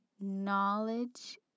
Knowledge